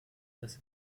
dass